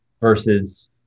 Versus